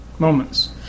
moments